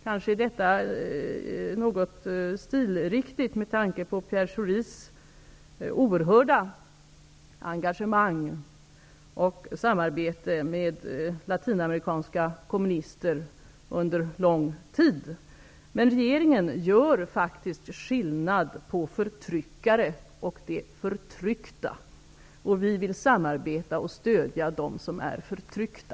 Kanske detta är något stilriktigt med tanke på Pierre Schoris oerhörda engagemang och samarbete med latinamerikanska kommunister under lång tid. Men regeringen gör faktiskt skillnad på förtryckare och de förtryckta. Vi vill samarbeta och stödja de som är förtryckta.